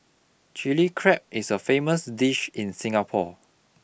chilli crab is a famous dish in Singapore